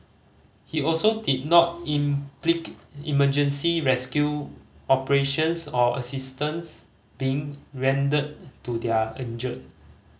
he also did not emergency rescue operations or assistance being rendered to their injured